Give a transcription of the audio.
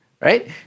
Right